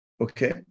okay